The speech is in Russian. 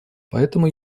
поэтому